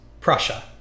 Prussia